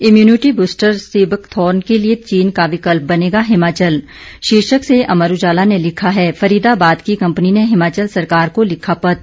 immunity booster seabuckthorn के लिये चीन का विकल्प बनेगा हिमाचल शीर्षक से अमर उजाला ने लिखा है फरीदाबाद की कम्पनी ने हिमाचल सरकार को लिखा पत्र